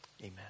Amen